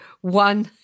one